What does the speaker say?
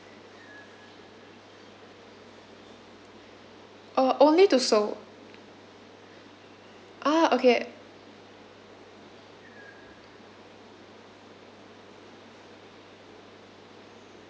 oh only to seoul ah okay